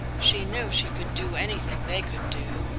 she knew she could do anything they could do,